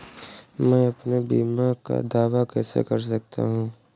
मैं अपने बीमा का दावा कैसे कर सकता हूँ?